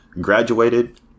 graduated